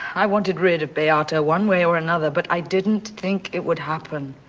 i wanted rid of beata one way or another, but i didn't think it would happen.